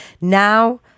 Now